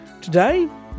Today